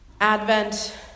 Advent